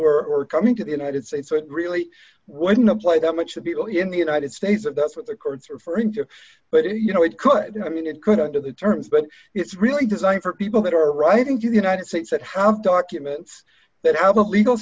who are coming to the united states so it really wouldn't apply that much of people in the united states if that's what the courts are referring to but you know it could i mean it could under the terms but d it's really designed for people that are writing to the united states that have documents that have a legal